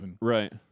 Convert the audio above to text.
Right